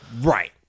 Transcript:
Right